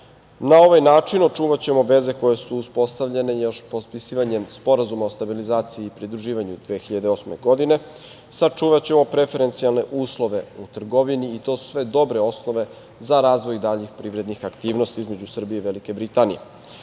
ovaj način očuvaćemo veze koje su uspostavljene još potpisivanjem Sporazuma o stabilizaciji i pridruživanju 2008. godine. Sačuvaćemo preferencijalne uslove u trgovini i to su sve dobre osnove za razvoj daljih privrednih aktivnosti između Srbije i Velike Britanije.